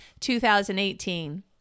2018